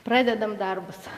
pradedam darbus